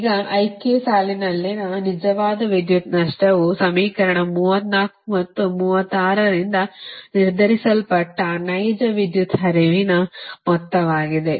ಈಗ ik ಸಾಲಿನಲ್ಲಿನ ನಿಜವಾದ ವಿದ್ಯುತ್ ನಷ್ಟವು ಸಮೀಕರಣ 34 ಮತ್ತು 36 ರಿಂದ ನಿರ್ಧರಿಸಲ್ಪಟ್ಟ ನೈಜ ವಿದ್ಯುತ್ ಹರಿವಿನ ಮೊತ್ತವಾಗಿದೆ